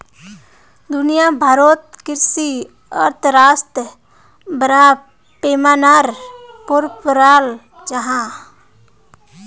दुनिया भारोत कृषि अर्थशाश्त्र बड़ा पैमानार पोर पढ़ाल जहा